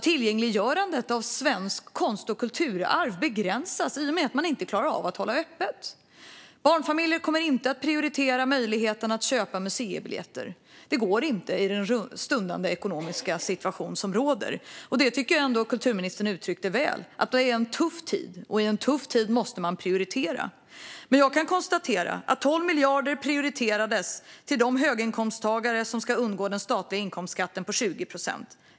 Tillgängliggörandet av konst och kulturarv begränsas i och med att man inte klarar av att hålla öppet. Barnfamiljer kommer inte att prioritera köp av museibiljetter, för det går inte i den ekonomiska situation som råder. Kulturministern uttryckte detta väl: Det är en tuff tid, och då måste man prioritera. Jag kan konstatera att 12 miljarder prioriterades för att höginkomsttagare ska undgå den statliga inkomstskatten på 20 procent.